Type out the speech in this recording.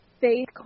faith